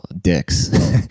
dicks